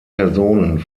personen